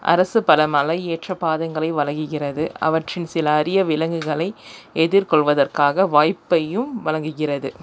அரசு பல மலையேற்றப் பாதைகளை வழங்குகிறது அவற்றில் சில அரிய விலங்குகளை எதிர்கொள்வதற்காக வாய்ப்பையும் வழங்குகிறது